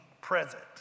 present